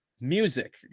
music